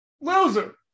loser